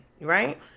right